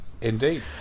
Indeed